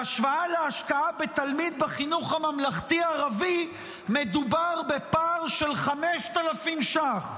בהשוואה להשקעה בתלמיד בחינוך הממלכתי הערבי מדובר בפער של 5,000 ש"ח,